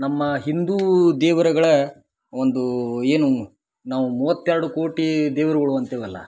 ನಮ್ಮ ಹಿಂದೂ ದೇವರಗಳ ಒಂದು ಏನು ನಾವು ಮೂವತ್ತೆರಡು ಕೋಟಿ ದೇವರುಗಳು ಅಂತೇವಲ್ಲ